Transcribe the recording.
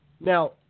Now